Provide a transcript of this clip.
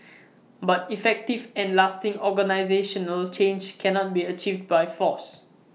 but effective and lasting organisational change cannot be achieved by force